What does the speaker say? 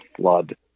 flood